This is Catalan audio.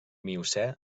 miocè